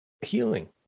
healing